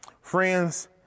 Friends